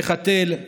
לחתל,